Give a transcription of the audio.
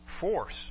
force